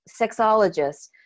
sexologists